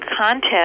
contest